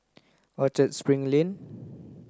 Orchard Spring Lane